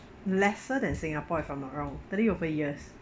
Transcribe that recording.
lesser than singapore if I'm not wrong thirty over years